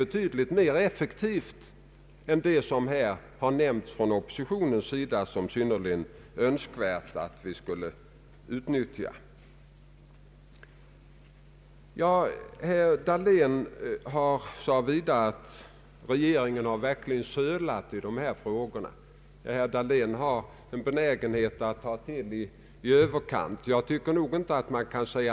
I förslaget har vi påpekat som angeläget att skapa alternativ till storstäderna. Vi har också klart deklarerat att regeringen gärna vill medverka till att försöka dämpa utvecklingen i våra största befolkningskoncentrationer, storstadsområdena.